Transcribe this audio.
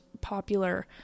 popular